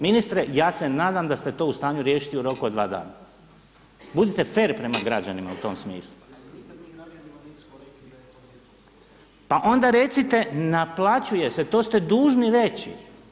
Ministre ja se nadam sa ste to u stanju riješiti u roku od 2 dana, budite fer prema građanima u tom smislu, pa onda recite naplaćuje se, to ste dužni reći.